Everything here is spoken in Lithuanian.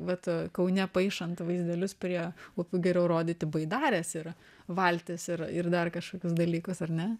vat kaune paišant vaizdelius prie upių geriau rodyti baidares yra valtis ir ir dar kažkokius dalykus ar ne